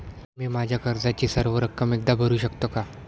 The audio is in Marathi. मी माझ्या कर्जाची सर्व रक्कम एकदा भरू शकतो का?